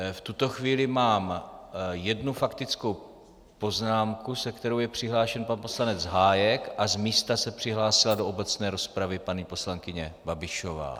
V tuto chvíli mám jednu faktickou poznámku, se kterou je přihlášen pan poslanec Hájek, a z místa se přihlásila do obecné rozpravy paní poslankyně Babišová.